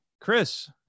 Chris